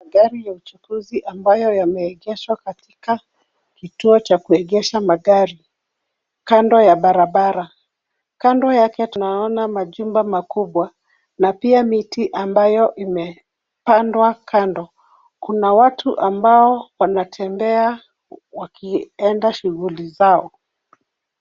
Magari ya uchukuzi ambayo yameegeshwa katika kituo cha kugesha magari kando ya barabara. Kando yake tunaona majumba makubwa na pia miti ambayo imepandwa kando. Kuna watu ambao wanatembea wakienda shughuli zao.